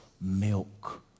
milk